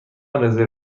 رزرو